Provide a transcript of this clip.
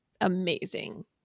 amazing